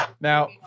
now